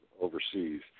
overseas